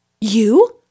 You